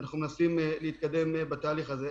אנחנו מנסים להתקדם בתהליך הזה.